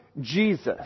Jesus